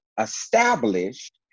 established